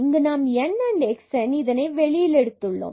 இங்கு நாம் n and xn இதனை வெளியில் எடுத்துள்ளோம்